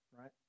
right